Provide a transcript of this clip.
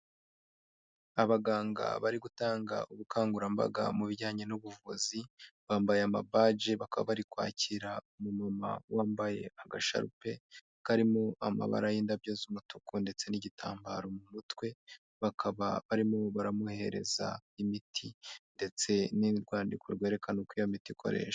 Abaganga bari gutanga ubukangurambaga mu bijyanye n'ubuvuzi bambaye ama badge bakaba bari kwakira umumama wambaye agasharupe karimo amabara y'indabyo z'umutuku ndetse n'igitambaro mu mutwe bakaba barimo baramwohereza imiti ndetse n'urwandiko rwerekana uko iyo miti ikoreshwa.